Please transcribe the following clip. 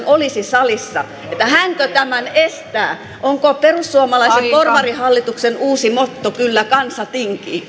olisi salissa hänkö tämän estää onko perussuomalaisen porvarihallituksen uusi motto kyllä kansa tinkii